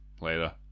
later